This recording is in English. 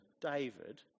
David